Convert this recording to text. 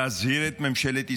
להזהיר את ממשלת ישראל,